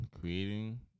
creating